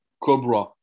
Cobra